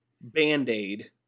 Band-Aid